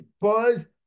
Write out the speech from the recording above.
buzz